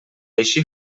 així